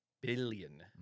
billion